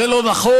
זה לא נכון,